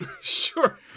Sure